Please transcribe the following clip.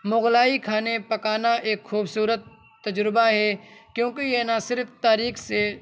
مغلائی کھانے پکانا ایک خوبصورت تجربہ ہے کیونکہ یہ نہ صرف تاریخ سے